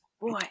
Boy